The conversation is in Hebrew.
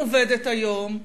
אני עובדת היום,